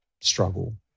struggle